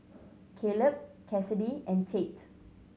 Kaleb Cassidy and Tate